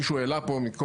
מישהו העלה את זה מקודם,